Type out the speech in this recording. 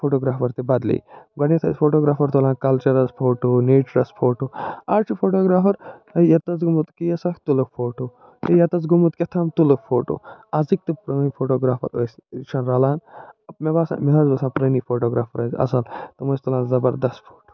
photographer تہِ بدلٕے گۄڈٕنٮ۪تھ ٲسۍ فوٹوٗگرافَر تُلان کَلچَرَس فوٹوٗ نٮ۪چٕرَس فوٹوٗ آز چھِ فوٹوٗگرافَر یٔتہِ حظ گومُت کیس اَکھ تُلُکھ فوٹوٗ ہے یَتہِ حظ گومُت کہتام تُلُکھ فوٹوٗ آزٕکۍ تہِ پرٲنۍ فوٹوٗگرافَر ٲسۍ چھِنہٕ رَلان مےٚ باسان مےٚ حظ باسان پرٲنی فوٹوٗگرافَر ٲسۍ اَصٕل تِم ٲسۍ تُلان زبردَس فوٹوٗ